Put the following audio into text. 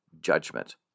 judgment